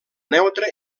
neutre